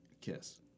kiss